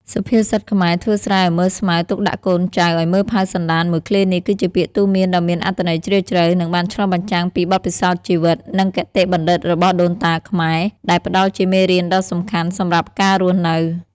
សុភាសិតខ្មែរ ធ្វើស្រែឲ្យមើលស្មៅ ទុកដាក់កូនចៅឲ្យមើលផៅសន្តាន មួយឃ្លានេះ គឺជាពាក្យទូន្មានដ៏មានអត្ថន័យជ្រាលជ្រៅ និងបានឆ្លុះបញ្ចាំងពីបទពិសោធន៍ជីវិត និងគតិបណ្ឌិតរបស់ដូនតាខ្មែរ ដែលផ្ដល់ជាមេរៀនដ៏សំខាន់សម្រាប់ការរស់នៅ។